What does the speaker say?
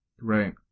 Right